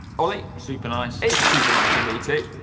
ollie. super nice. it's a super nice for me too.